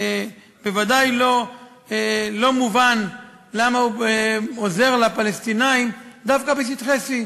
בוודאי לא מובן למה הוא עוזר לפלסטינים דווקא בשטחי C,